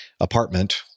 apartment